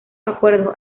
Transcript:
acuerdos